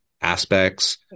aspects